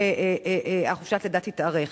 חופשת הלידה תתארך.